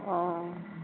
অঁ